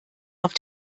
noch